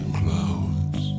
clouds